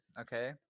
okay